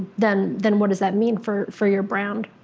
then then what does that mean for for your brand.